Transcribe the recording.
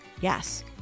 Yes